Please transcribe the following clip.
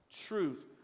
Truth